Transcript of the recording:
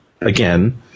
again